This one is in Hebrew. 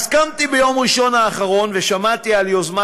קמתי ביום ראשון האחרון ושמעתי על יוזמה